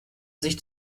sich